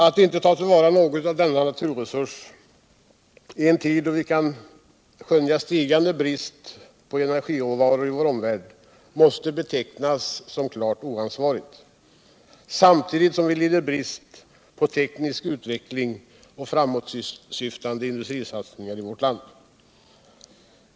Att inte ta till vara något av denna naturresurs i en tid, då vi kan skönja stigande brist på energiråvaror i vår omvärld, måste betecknas som klart oansvarigt, samtidigt som vi lider brist på teknisk utveckling och framåtsyftande industrisatsningar i vårt land.